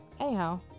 anyhow